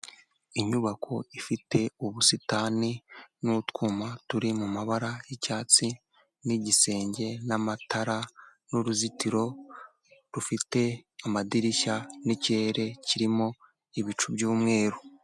Inyubako ifite ubusitani n'utwuma turi mu mabara y'icyatsi n'igisenge n'amatara n'uruzitiro rufite amadirishya, n'ikirere kirimo ibicu by'umweru.